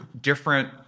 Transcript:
different